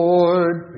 Lord